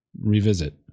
revisit